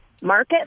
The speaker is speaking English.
market